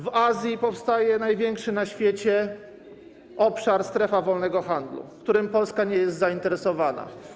W Azji powstaje największy na świecie obszar, strefa, wolnego handlu, którym Polska nie jest zainteresowana.